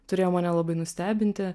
turėjo mane labai nustebinti